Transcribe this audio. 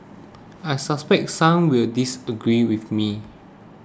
I suspect some will disagree with me